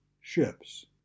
ships